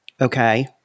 Okay